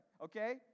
okay